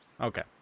Okay